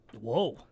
Whoa